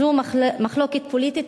זו מחלוקת פוליטית.